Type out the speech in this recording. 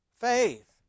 faith